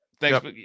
thanks